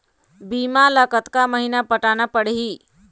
बीमा ला कतका महीना पटाना पड़ही?